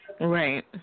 Right